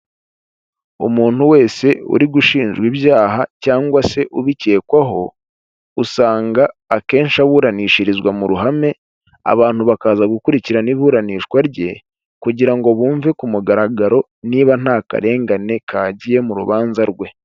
Umuntu wese uri gushinjwa ibyaha cyangwa se ubikekwaho usanga akenshi aburanishirizwa mu ruhame abantu bakaza gukurikirana iburanishwa rye kugira ngo bumve ku mugaragaro niba nta karengane kagiye mu rubanza rwe.